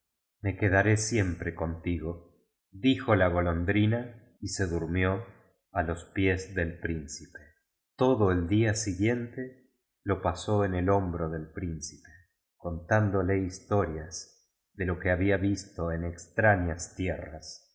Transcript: me quedaré siempre contigo dijo la golon drina y se durmió a los pies del principe todo el día siguiente lo pasó en el hombro del príncipe contándole historias de lo que había visto en extrañas tierras